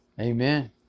Amen